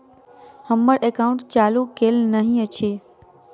हम्मर एकाउंट चालू केल नहि अछि?